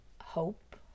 hope